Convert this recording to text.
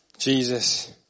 Jesus